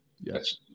Yes